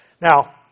Now